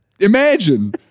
imagine